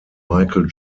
michael